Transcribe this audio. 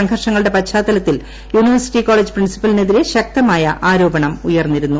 സംഘർഷങ്ങളുടെ പശ്ചാത്തലത്തിൽ university college പ്രിൻസിപ്പലിനെതിരെ ശക്തമായ ആരോപണം ഉയർന്നിരുന്നു